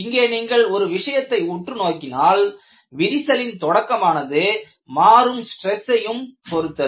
இங்கே நீங்கள் ஒரு விஷயத்தை உற்றுநோக்கினால் விரிசலின் தொடக்கமானது மாறும் ஸ்ட்ரெஸ்ஸையும் பொருத்தது